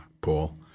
Paul